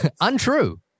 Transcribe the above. Untrue